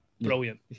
Brilliant